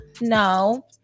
no